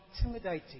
intimidating